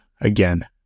again